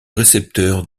récepteurs